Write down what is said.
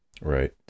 Right